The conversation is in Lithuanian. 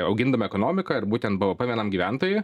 augindama ekonomiką ir būtent bvp vienam gyventojui